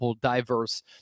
diverse